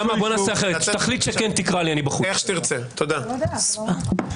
עכשיו כשהיועצת המשפטית אומרת חוות דעת,